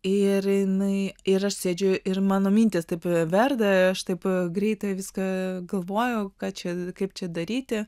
ir jinai ir aš sėdžiu ir mano mintys taip verda aš taip greitai viską galvojau ką čia kaip čia daryti